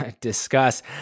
discuss